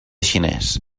xinès